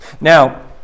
Now